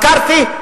מקארתי.